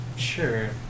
Sure